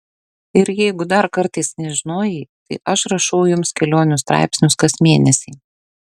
ir jeigu dar kartais nežinojai tai aš rašau jums kelionių straipsnius kas mėnesį